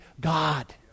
God